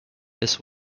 this